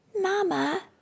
Mama